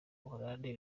buholandi